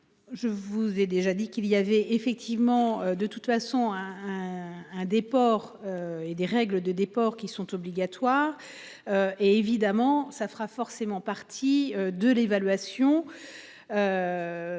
Je vous ai déjà dit qu'il y avait effectivement de toute façon un un des ports. Et des règles de, des ports qui sont obligatoires. Et évidemment ça fera forcément partie de l'évaluation.